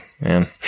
man